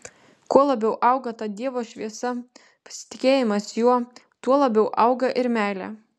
kuo labiau auga ta dievo šviesa pasitikėjimas juo tuo labiau auga ir meilė